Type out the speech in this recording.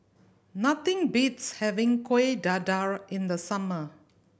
nothing beats having Kueh Dadar in the summer